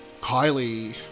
Kylie